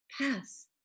pass